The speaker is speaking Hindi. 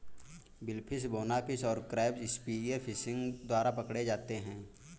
बिलफिश, बोनफिश और क्रैब स्पीयर फिशिंग द्वारा पकड़े जाते हैं